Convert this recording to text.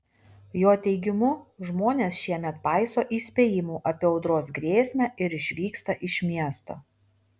jo teigimu žmonės šiemet paiso įspėjimų apie audros grėsmę ir išvyksta iš miesto